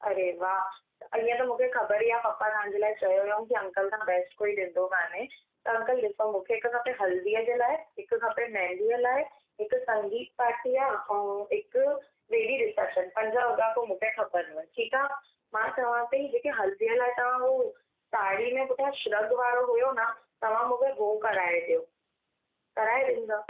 अड़े वाह इअं त मूंखे ख़बर ई आहे पपा तव्हांजे लाइ चयो हुयव की अंकल खां बेस्ट कोई ॾींदो कान्हे त अंकल ॾिसो मूंखे हिकु खपे हलदीअ जे लाइ हिकु खपे मेंदी लाइ हिकु संगीत पार्टी आहे ऐं हिकु वेड़ी रिसेप्शन पंज वॻा पोइ मूंखे खपनिव ठीकु आहे मां चवा पेई जेके हलदीअ लाइ तव्हां उहो साड़ी में पुठिया शर्ग वारो हुओ न तव्हां मूंखे उहो कराए ॾियो कराए ॾींदा